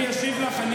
אני הבעיה שלך בפרלמנט?